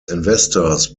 investors